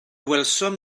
welsom